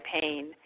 pain